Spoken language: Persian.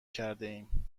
کردهایم